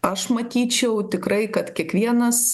aš matyčiau tikrai kad kiekvienas